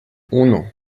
uno